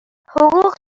حقوق